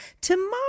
tomorrow